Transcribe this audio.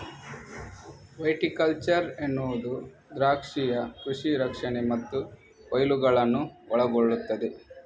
viticulture ಎನ್ನುವುದು ದ್ರಾಕ್ಷಿಯ ಕೃಷಿ ರಕ್ಷಣೆ ಮತ್ತು ಕೊಯ್ಲುಗಳನ್ನು ಒಳಗೊಳ್ಳುತ್ತದೆ